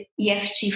EFT